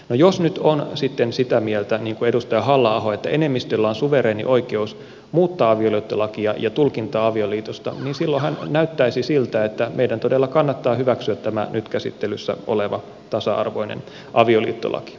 jos nyt on sitten sitä mieltä niin kuin edustaja halla aho että enemmistöllä on suvereeni oikeus muuttaa avioliittolakia ja tulkintaa avioliitosta niin silloinhan näyttäisi siltä että meidän todella kannattaa hyväksyä tämä nyt käsittelyssä oleva tasa arvoinen avioliittolaki